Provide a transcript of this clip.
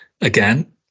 Again